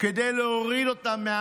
שניכם באותה מטבע.